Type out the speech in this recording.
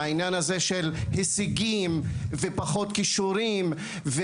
העניין הזה של הישגים ופחות כישורים.